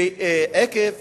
שעקב